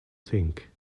think